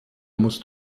musst